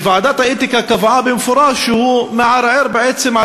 ועדת האתיקה קבעה במפורש שהוא מערער בעצם על